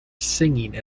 singing